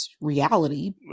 reality